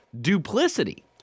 Duplicity